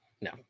no